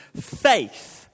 faith